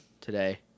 today